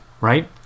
right